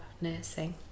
nursing